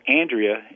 Andrea